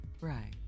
Right